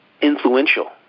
influential